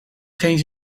geen